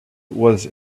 was